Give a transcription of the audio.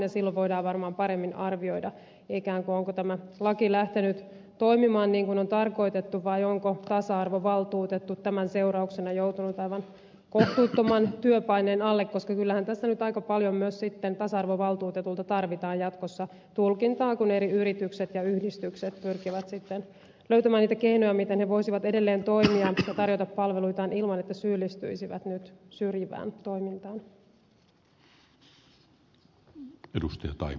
silloin voidaan varmaan paremmin arvioida onko tämä laki lähtenyt toimimaan niin kuin on tarkoitettu vai onko tasa arvovaltuutettu tämän seurauksena joutunut aivan kohtuuttoman työpaineen alle koska kyllähän tässä nyt aika paljon myös sitten tasa arvovaltuutetulta tarvitaan jatkossa tulkintaa kun eri yritykset ja yhdistykset pyrkivät löytämään niitä keinoja miten he voisivat edelleen toimia ja tarjota palveluitaan ilman että syyllistyisivät syrjivään toimintaan